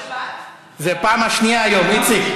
זה הפעם השנייה היום, איציק.